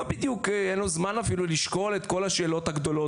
אין לו זמן אפילו לשקול את כל השאלות הגדולות,